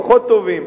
פחות טובים.